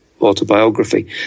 autobiography